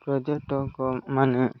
ପର୍ଯ୍ୟଟକ ମାନେ